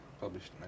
published